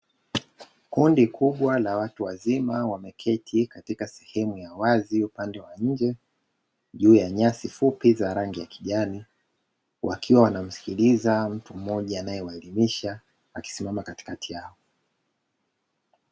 Kundi kubwa la watu wazima wameketi katika sehemu ya wazi upande wa nje juu ya nyasi fupi za rangi ya kijani wakiwa wanamsikiliza mtu mmoja anayewaelimisha akisimama katikati yao.